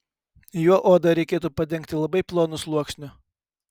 juo odą reikėtų padengti labai plonu sluoksniu